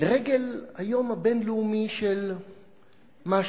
לרגל היום הבין-לאומי של משהו,